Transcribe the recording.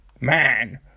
man